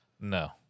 no